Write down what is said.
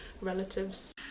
relatives